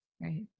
Right